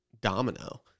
domino